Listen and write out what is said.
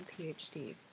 PhD